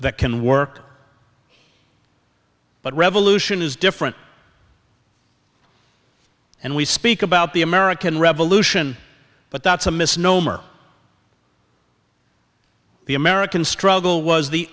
that can work but revolution is different and we speak about the american revolution but that's a misnomer the american struggle was the